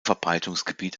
verbreitungsgebiet